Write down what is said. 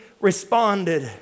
responded